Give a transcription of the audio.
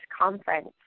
conference